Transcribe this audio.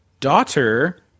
Daughter